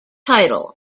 title